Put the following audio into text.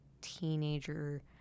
teenager-